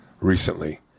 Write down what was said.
recently